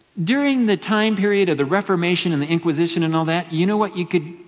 during the time period of the reformation and the inquisition, and all that, you know what you could,